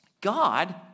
God